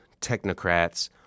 technocrats